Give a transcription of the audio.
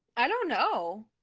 i don't know.